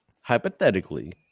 hypothetically